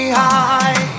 high